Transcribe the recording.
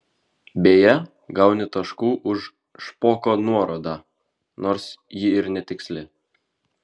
beje gauni taškų už špoko nuorodą nors ji ir netiksli